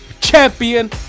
Champion